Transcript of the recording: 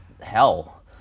hell